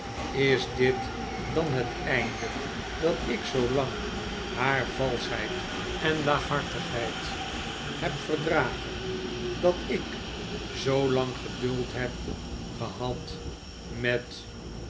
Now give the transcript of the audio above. is dit dan het einde dat ik zoolang haar valschheid en laaghartigheid heb verdragen dat ik zoolang geduld heb gehad met